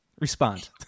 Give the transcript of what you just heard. respond